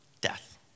death